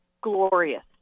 glorious